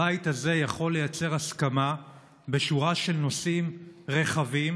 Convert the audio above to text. הבית הזה יכול לייצר הסכמה בשורה של נושאים רחבים